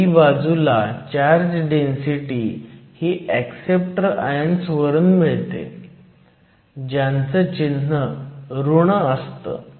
p बाजूला charge density ही acceptor ions वरून मिळते ज्यांचं चिन्ह ऋण असतं